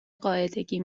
قاعدگی